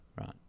Right